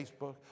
Facebook